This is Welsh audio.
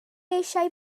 eisiau